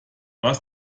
was